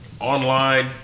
online